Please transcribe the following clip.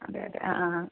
അതെ അതെ ആ ആ